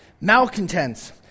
malcontents